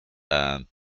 and